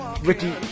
Ricky